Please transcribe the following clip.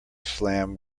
slam